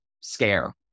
scare